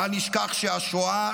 בל נשכח שהשואה